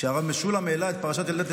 כשהרב משולם העלה את פרשת ילדי תימן,